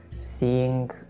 seeing